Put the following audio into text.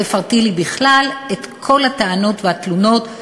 את תפרטי לי בכלל את כל הטענות והתלונות,